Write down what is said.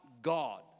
God